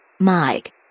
Mike